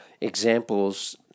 examples